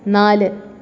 നാല്